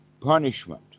punishment